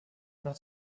nach